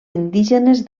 indígenes